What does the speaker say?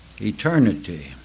eternity